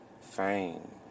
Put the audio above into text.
fame